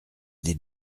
des